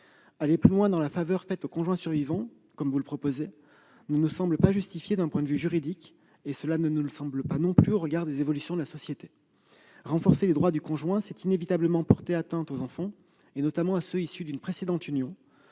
Aller plus loin dans la faveur faite au conjoint survivant comme vous le proposez ne nous semble justifié ni d'un point de vue juridique ni au regard des évolutions de la société : renforcer les droits du conjoint, c'est inévitablement porter atteinte aux enfants, notamment à ceux issus d'une précédente union.